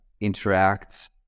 interact